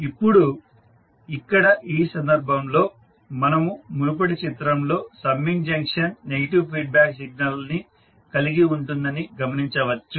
ఇప్పుడు ఇక్కడ ఈ సందర్భంలో మనము మునుపటి చిత్రంలో summing junction negative feedback signal ని కలిగి ఉంటుందని గమనించవచ్చు